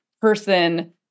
person